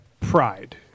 pride